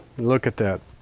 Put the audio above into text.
look at that.